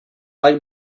like